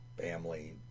family